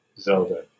Zelda